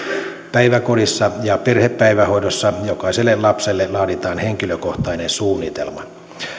päiväkodissa ja perhepäivähoidossa jokaiselle lapselle laaditaan henkilökohtainen suunnitelma